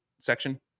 section